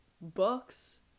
books